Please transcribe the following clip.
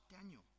Daniel